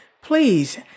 Please